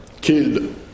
killed